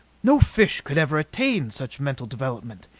no fish could ever attain such mental development.